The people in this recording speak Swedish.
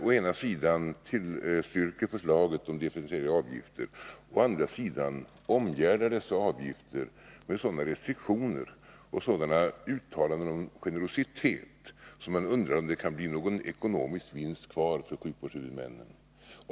Å ena sidan tillstyrker man förslaget om differentierade avgifter, å andra sidan omgärdar man dessa med sådana restriktioner och uttalanden om generositet, att jag undrar om det kan bli någon ekonomisk vinst kvar för sjukvårdshuvudmännen.